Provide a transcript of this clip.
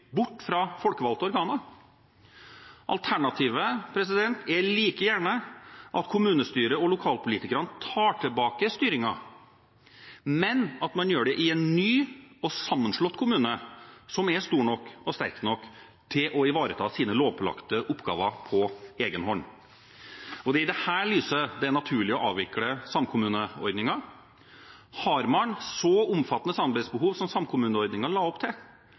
bort fra folkevalgte organer. Alternativet er like gjerne at kommunestyret og lokalpolitikerne tar tilbake styringen, men at man gjør det i en ny og sammenslått kommune som er stor nok og sterk nok til å ivareta sine lovpålagte oppgaver på egen hånd. Det er i dette lyset det er naturlig å avvikle samkommuneordningen. Har man så omfattende samarbeidsbehov som samkommuneordningen la opp til,